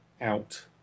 out